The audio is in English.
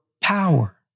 power